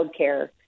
childcare